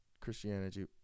christianity